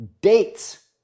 Dates